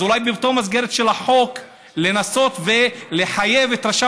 אז אולי באותה מסגרת של החוק לנסות ולחייב את רשם